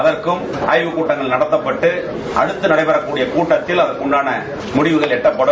அகற்கும் ஆய்வுக்கூட்டங்கள் நடத்தப்பட்டு அடுத்து நடைபெறவள்ள கூட்டத்தில் அதற்கு உண்டான முடிவுகள் எட்டப்படும்